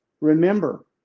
Remember